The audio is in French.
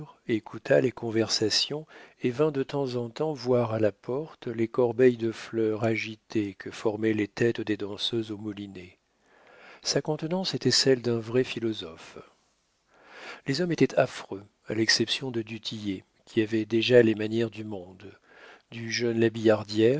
écouta les conversations et vint de temps en temps voir à la porte des corbeilles de fleurs agitées que formaient les têtes des danseuses au moulinet sa contenance était celle d'un vrai philosophe les hommes étaient affreux à l'exception de du tillet qui avait déjà les manières du monde du jeune